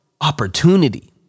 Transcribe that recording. Opportunity